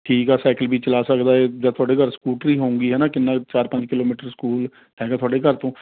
ਠੀਕ ਹੈ ਸਾਈਕਲ ਵੀ ਚਲਾ ਸਕਦਾ ਹੈ ਜਾਂ ਤੁਹਾਡੇ ਘਰ ਸਕੂਟਰੀ ਹੋਏਗੀ ਹੈ ਨਾ ਕਿੰਨ੍ਹਾ ਚਾਰ ਪੰਜ ਕਿਲੋਮੀਟਰ ਸਕੂਲ ਹੈਗਾ ਤੁਹਾਡੇ ਘਰ ਤੋਂ